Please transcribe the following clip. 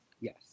yes